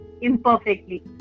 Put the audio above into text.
imperfectly